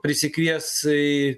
prisikvies į